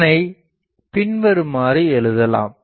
அதனை பின்வருமாறு எழுதலாம்